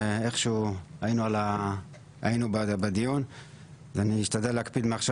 אבל איכשהו היינו בדיון אני אשתדל להקפיד מעכשיו